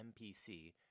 MPC